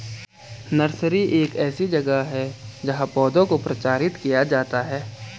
nursery एक ऐसी जगह है जहां पौधों को प्रचारित किया जाता है